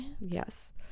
Yes